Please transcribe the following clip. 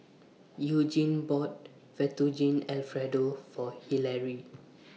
Eugene bought Fettuccine Alfredo For Hillary